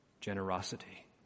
generosity